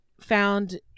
found